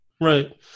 Right